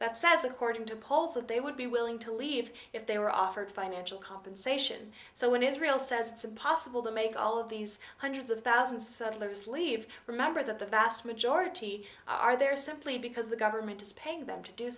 that says according to polls of they would be willing to leave if they were offered financial compensation so when israel says it's impossible to make all of these hundreds of thousands of lives leave remember that the vast majority are there simply because the government is paying them to do